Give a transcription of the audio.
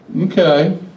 okay